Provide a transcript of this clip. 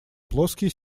плоские